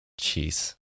Jeez